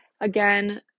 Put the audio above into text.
Again